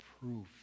proof